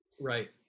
right